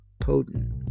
potent